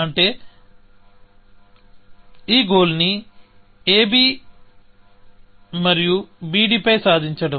అంటే ఈ గోల్ ని ab మరియు bd పై సాధించడం